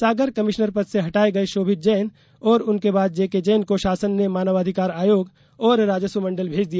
सागर commissioner पद से हटाए गए शोभित जैन और उनके बाद जेके जैन को शासन ने मानवाधिकार आयोग और राजस्व मंडल भेज दिया